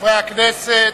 חברי הכנסת.